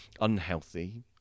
unhealthy